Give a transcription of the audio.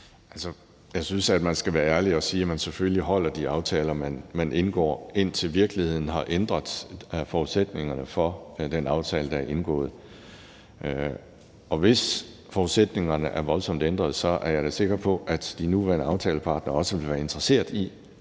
Jeg synes, man skal være ærlig og sige, at man selvfølgelig holder de aftaler, man indgår, indtil virkeligheden har ændret forudsætningerne for den aftale, der er indgået. Og hvis forudsætningerne er voldsomt ændrede, er jeg sikker på, at de nuværende aftaleparter også vil være interesserede i